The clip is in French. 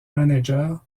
manager